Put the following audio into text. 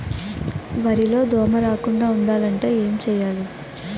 వరిలో దోమ రాకుండ ఉండాలంటే ఏంటి చేయాలి?